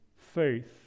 faith